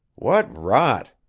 what rot!